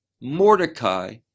Mordecai